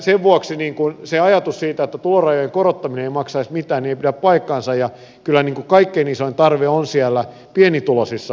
sen vuoksi se ajatus siitä että tulorajojen korottaminen ei maksaisi mitään ei pidä paikkaansa ja kyllä kaikkein isoin tarve on siellä pienituloisissa opiskelijoissa